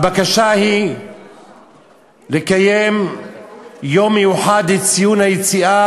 הבקשה היא לקיים יום מיוחד לציון היציאה